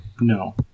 No